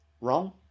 wrong